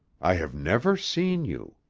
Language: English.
i have never seen you.